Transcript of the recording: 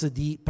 di